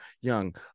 Young